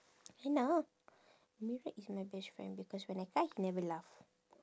henna ah amirul is my best friend because when I cry he never laugh